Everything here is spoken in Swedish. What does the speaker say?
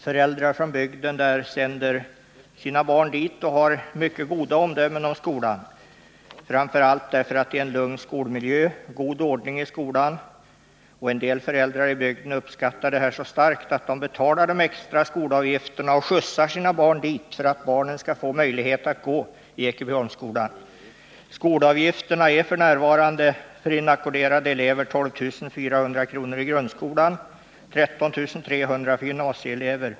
Föräldrar från bygden som sänder sina barn dit har mycket goda omdömen om skolan. Framför allt därför att det är lugn skolmiljö och god ordning i skolan. En del föräldrar i bygden uppskattar detta så starkt att de betalar de extra skolavgifterna och skjutsar sina barn dit för att barnen skall få möjlighet att gå i Ekebyholmsskolan. Skolavgifterna är f. n. för inackorderade elever 12 400 kr. i grundskolan och 13 300 kr. för gymnasieelever.